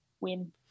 win